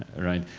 right?